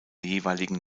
jeweiligen